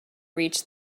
reached